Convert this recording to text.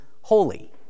holy